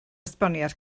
esboniad